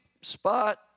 spot